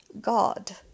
God